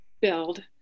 build